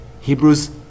Hebrews